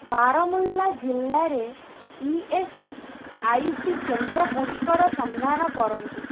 ବାରମୁଲ୍ଲା ଜିଲ୍ଲାରେ E S I C କେନ୍ଦ୍ରଗୁଡ଼ିକର ସନ୍ଧାନ କରନ୍ତୁ